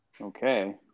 okay